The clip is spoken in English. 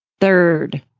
third